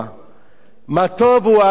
"מה טֹבו אֹהליך יעקב